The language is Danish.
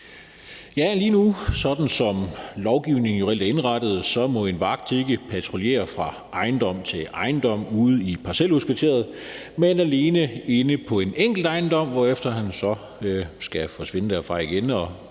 hr. formand. Sådan som lovgivningen er indrettet lige nu, må en vagt ikke patruljere fra ejendom til ejendom ude i et parcelhuskvarter, men alene inde på en enkelt ejendom, hvorefter han så skal forsvinde derfra igen, og